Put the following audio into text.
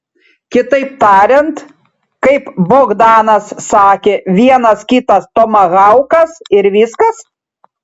kitaip tariant kaip bogdanas sakė vienas kitas tomahaukas ir viskas